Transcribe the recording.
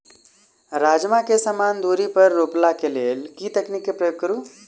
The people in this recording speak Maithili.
राजमा केँ समान दूरी पर रोपा केँ लेल केँ तकनीक केँ प्रयोग करू?